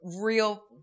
real